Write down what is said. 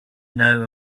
know